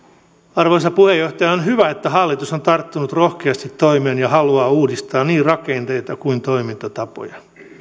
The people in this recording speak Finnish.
arvoisa puheenjohtaja on on hyvä että hallitus on tarttunut rohkeasti toimeen ja haluaa uudistaa niin rakenteita kuin toimintatapoja